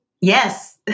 Yes